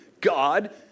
God